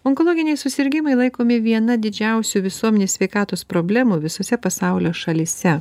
onkologiniai susirgimai laikomi viena didžiausių visuomenės sveikatos problemų visose pasaulio šalyse